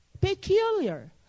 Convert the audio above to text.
Peculiar